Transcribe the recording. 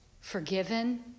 forgiven